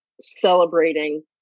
celebrating